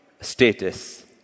status